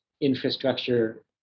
infrastructure